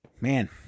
Man